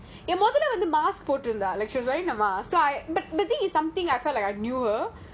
did you say hi